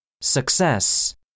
success